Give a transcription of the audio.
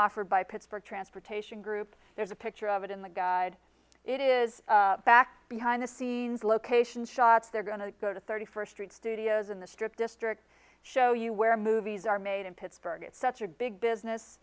offered by pittsburgh transportation group there's a picture of it in the guide it is back behind the scenes location shots they're going to go to thirty first street studios in the strip district show you where movies are made in pittsburgh it's such a big